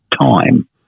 time